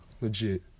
legit